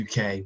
UK